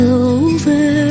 over